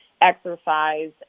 exercise